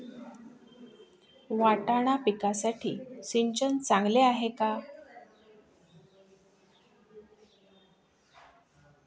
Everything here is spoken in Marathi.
वाटाणा पिकासाठी सिंचन चांगले आहे का?